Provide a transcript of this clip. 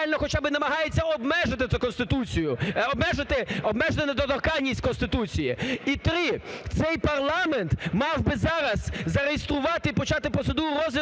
хоча би намагається обмежити Конституцію, обмежити недоторканність в Конституції. І три. Цей парламент мав би зараз зареєструвати і почати процедуру розгляду